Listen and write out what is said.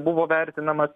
buvo vertinama